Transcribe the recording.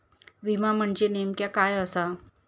विमा म्हणजे नेमक्या काय आसा?